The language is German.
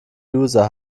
user